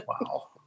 Wow